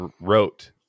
wrote